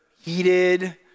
heated